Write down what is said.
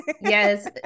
yes